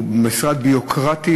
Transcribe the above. הוא משרד ביורוקרטי,